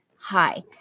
Hi